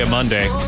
Monday